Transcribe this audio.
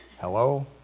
Hello